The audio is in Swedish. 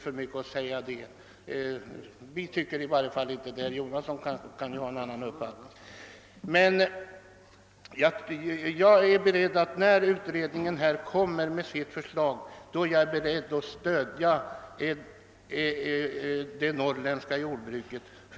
Vi på vårt håll tycker i varje fall inte så, men herr Jonasson kan naturligtvis ha en annan uppfattning. När jordbruksutredningen framlägger sitt förslag är jag alltså beredd att stödja det norrländska jordbruket.